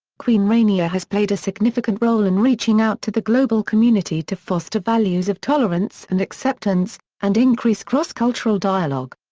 queen rania has played a significant role in reaching out to the global community to foster values of tolerance and acceptance, and increase cross-cultural dialogue.